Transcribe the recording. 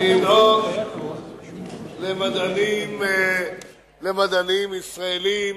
למדענים ישראלים